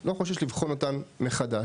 לא חוששת לבחון אותן מחדש.